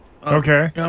Okay